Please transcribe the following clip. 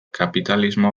kapitalismo